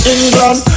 England